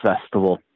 festival